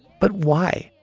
but why?